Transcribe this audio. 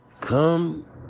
come